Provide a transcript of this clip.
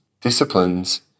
disciplines